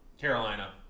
Carolina